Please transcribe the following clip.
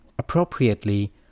appropriately